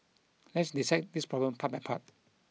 let's dissect this problem part by part